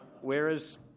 Whereas